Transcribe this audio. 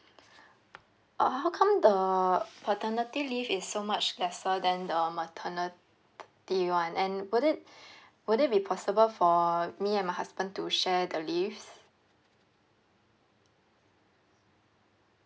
uh how come the paternity leave is so much lesser than the maternity one and would it would it be possible for me and my husband to share the leaves